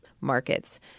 markets